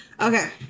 Okay